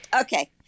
Okay